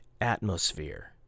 atmosphere